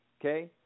Okay